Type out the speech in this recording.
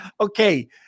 Okay